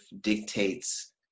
dictates